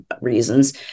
reasons